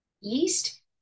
Yeast